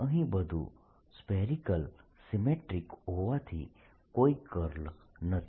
અહીં બધું spherical symmetric હોવાથી કોઈ કર્લ નથી